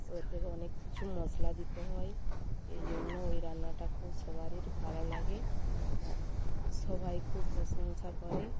ওতে অনেক কিছু মশলা দিতে হয় এই জন্য ওই রান্নাটা খুব সবারির ভালো লাগে সবাই খুব প্রশংসা করে